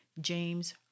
James